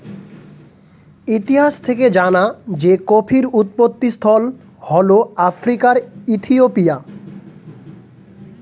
ইতিহাস থেকে জানা যায় যে কফির উৎপত্তিস্থল হল আফ্রিকার ইথিওপিয়া